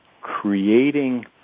creating